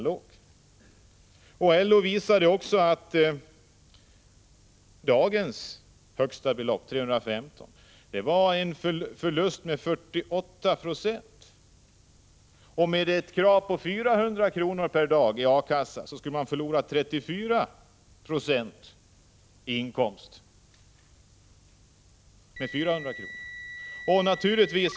LO visade också att dagens högsta belopp, 315 kr., innebär en förlust med 48 90. Med 400 kr. per dag i A-kasseersättning, som krävs, skulle man förlora 34 96 av inkomsten.